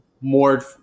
more